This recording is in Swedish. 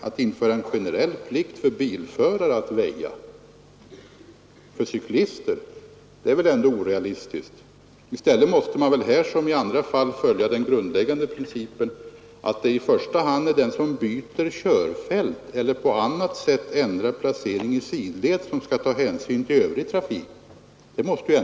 Att införa en generell plikt för bilförare att väja för cyklister, är väl ändå orealistiskt. I stället måste man väl här som i andra fall följa den grundläggande principen att det i första hand är den som byter körfält eller på annat sätt ändrar sin placering i sidled som skall ta hänsyn till övrig trafik.